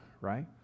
right